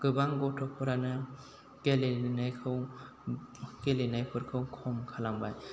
गोबां गथ'फोरानो गेलेनायखौ गेलेनायफोरखौ खम खालामबाय